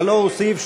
הלוא הוא סעיף 36,